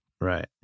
Right